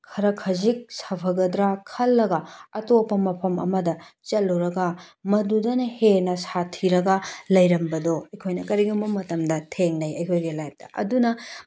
ꯈꯔ ꯈꯖꯤꯛ ꯁꯥꯐꯒꯗ꯭ꯔꯥ ꯈꯜꯂꯒ ꯑꯇꯣꯞꯄ ꯃꯐꯝ ꯑꯃꯗ ꯆꯠꯂꯨꯔꯒ ꯃꯗꯨꯗꯅ ꯍꯦꯟꯅ ꯁꯥꯊꯤꯔꯒ ꯂꯩꯔꯝꯕꯗꯣ ꯑꯩꯈꯣꯏꯅ ꯀꯔꯤꯒꯨꯝꯕ ꯃꯇꯝꯗ ꯊꯦꯡꯅꯩ ꯑꯩꯈꯣꯏꯒꯤ ꯂꯥꯏꯐꯇ ꯑꯗꯨꯅ